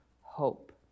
hope